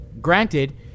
Granted